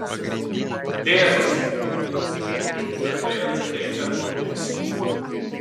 tėvas jau tvirtai atsakei edmundai